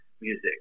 music